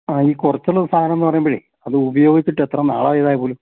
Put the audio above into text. ആ ഈ കുറച്ചുള്ള സാധനമെന്നു പറയുമ്പോഴേ അത് ഉപയോഗിച്ചിട്ട് എത്ര നാളായതാണുപോലും